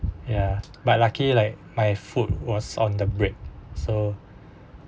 ya but lucky like my foot was on the brake so